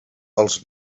els